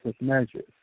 measures